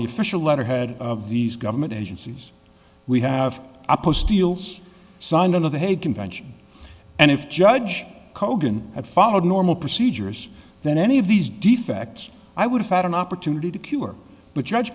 the official letterhead of these government agencies we have a post deals signed on to the hague convention and if judge kogan had followed normal procedures then any of these defects i would have had an opportunity to cure but judge